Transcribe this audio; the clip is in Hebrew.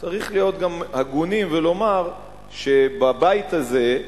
צריך להיות גם הגונים ולומר שבבית הזה,